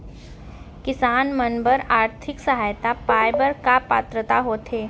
किसान मन बर आर्थिक सहायता पाय बर का पात्रता होथे?